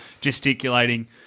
gesticulating